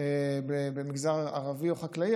במגזר הערבי או החקלאי,